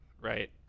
right